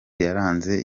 yaranze